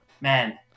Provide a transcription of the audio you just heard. man